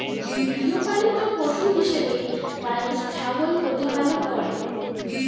গৃহপালিত পশু হিসেবে মানুষ ছাগল প্রতিপালন করে